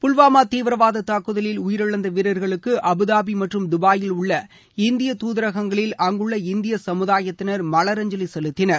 புல்வாமா தீவிரவாத தாக்குதலில் உயிரிழந்த வீரர்களுக்கு அபுதாபி மற்றும் துபாயில் உள்ள இந்திய தூதரகங்களில் அங்குள்ள இந்திய சமுதாயத்தினர் மலரஞ்சலி செலுத்தினர்